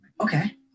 Okay